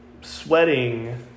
sweating